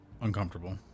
uncomfortable